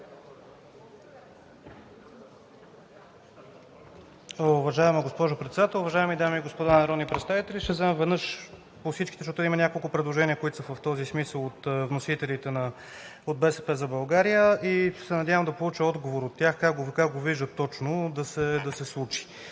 Уважаема госпожо Председател, уважаеми дами и господа народни представители! Ще взема думата веднъж по всичките, защото има няколко предложения, които са в този смисъл от вносителите от „БСП за България“. Надявам се да получа отговор от тях как го виждат точно да се случи